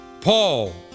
Paul